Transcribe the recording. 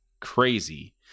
crazy